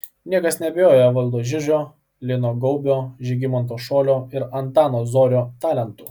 niekas neabejojo evaldo žižio lino gaubio žygimanto šolio ir antano zorio talentu